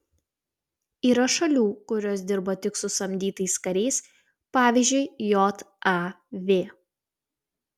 yra šalių kurios dirba tik su samdytais kariais pavyzdžiui jav